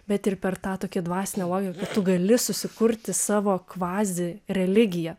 bet ir per tą tokį dvasinę logiką tu gali susikurti savo kvazireligiją